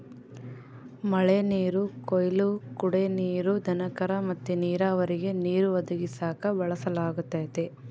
ಮಳೆನೀರು ಕೊಯ್ಲು ಕುಡೇ ನೀರು, ದನಕರ ಮತ್ತೆ ನೀರಾವರಿಗೆ ನೀರು ಒದಗಿಸಾಕ ಬಳಸಲಾಗತತೆ